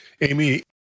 Amy